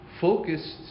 focused